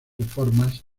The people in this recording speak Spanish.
reformas